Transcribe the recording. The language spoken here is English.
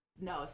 No